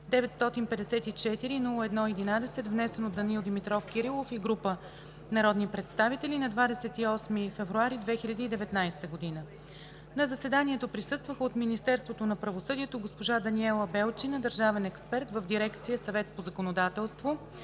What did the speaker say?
954-01-11, внесен от Данаил Димитров Кирилов и група народни представители на 28 февруари 2019 г. На заседанието присъстваха: от Министерството на правосъдието: госпожа Даниела Белчина – държавен експерт в дирекция „Съвет по законодателство“,